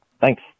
Thanks